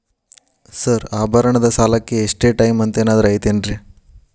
Sir ಆಭರಣದ ಸಾಲಕ್ಕೆ ಇಷ್ಟೇ ಟೈಮ್ ಅಂತೆನಾದ್ರಿ ಐತೇನ್ರೇ?